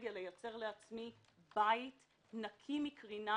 פריבילגיה לייצר לעצמי בית נקי מקרינה: